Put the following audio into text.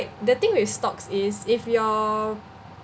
the thing with stocks is if your